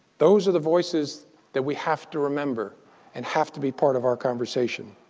those are the voices that we have to remember and have to be part of our conversation.